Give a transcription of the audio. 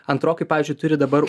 antrokai pavyzdžiui turi dabar